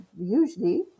usually